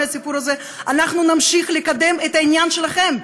הסיפור הזה אנחנו נמשיך לקדם את העניין שלכם.